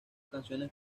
canciones